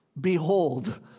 Behold